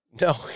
No